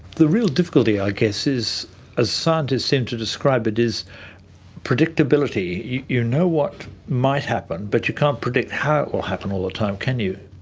the real difficulty, i guess, as scientists seem to describe it, is predictability. you you know what might happen but you can't predict how it will happen all the time, can you?